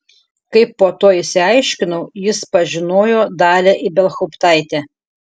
kaip po to išsiaiškinau jis pažinojo dalią ibelhauptaitę